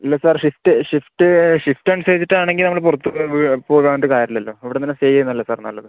ഇല്ല sir shift shift shift അനുസരിച്ചിട്ട് ആണെങ്കിൽ നമ്മൾ പുറത്ത് പോകാണ്ട് കാര്യം ഇല്ലല്ലൊ ഇവിടെനിന്നുതന്നെ സേവ് ചെയ്യുന്നത് അല്ലെ സർ നല്ലത്